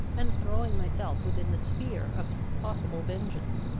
and throwing myself within the sphere of his possible vengeance.